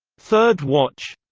third watch